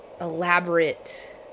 elaborate